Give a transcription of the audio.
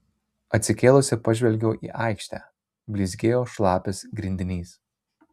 atsikėlusi pažvelgiau į aikštę blizgėjo šlapias grindinys